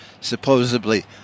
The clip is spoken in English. supposedly